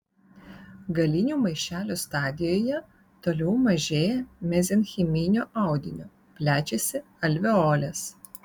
galinių maišelių stadijoje toliau mažėja mezenchiminio audinio plečiasi alveolės